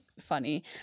funny